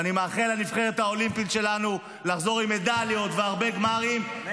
אני מאחל לנבחרת האולימפית שלנו לחזור עם מדליות והרבה גמרים -- אמן.